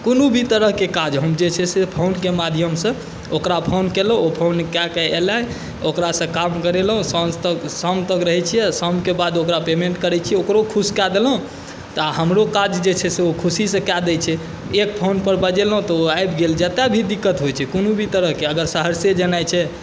कोनो भी तरहके काज हम जे छै से फोनके माध्यमसँ ओकरा फोन केलहुँ ओ फोन कऽ कऽ अएलै ओकरासँ काम करेलहुँ साँझ तक शाम तक रहै छिए शामके बाद ओकरा पेमेन्ट करै छिए ओकरो खुश कऽ देलहुँ तऽ हमरो काज जे छै से ओ खुशीसँ कऽ दै छै एक फोनपर बजेलहुँ तऽ ओ आबि गेल जतऽ भी दिकक्त होइ छै कोनो भी तरहके अगर सहरसे जेनाइ छै